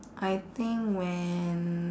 I think when